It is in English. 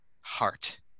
heart